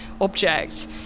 object